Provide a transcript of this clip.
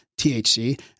THC